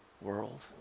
world